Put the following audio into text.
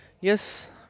Yes